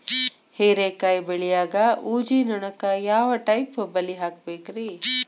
ಹೇರಿಕಾಯಿ ಬೆಳಿಯಾಗ ಊಜಿ ನೋಣಕ್ಕ ಯಾವ ಟೈಪ್ ಬಲಿ ಹಾಕಬೇಕ್ರಿ?